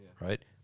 right